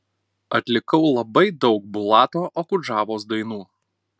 atlikau labai daug bulato okudžavos dainų